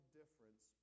difference